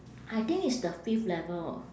I think it's the fifth level orh